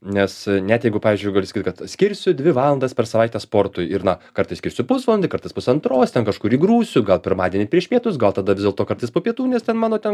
nes net jeigu pavyzdžiui gali sakyti kad skirsiu dvi valandas per savaitę sportui ir na kartais skirsiu pusvalandį kartais pusantros ten kažkur įgrūsiu gal pirmadienį prieš pietus gal tada vis dėlto kartais po pietų nes ten mano ten